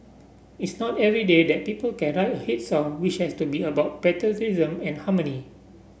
it's not every day that people can write a hit song which has to be about patriotism and harmony